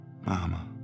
mama